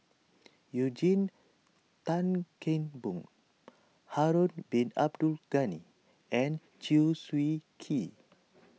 Eugene Tan Kheng Boon Harun Bin Abdul Ghani and Chew Swee Kee